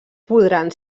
podran